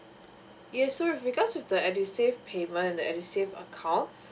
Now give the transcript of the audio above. yes so with regards to the edusave payment the edusave account